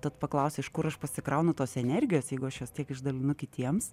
tad paklausė iš kur aš pasikraunu tos energijos jeigu aš jos tiek išdalinu kitiems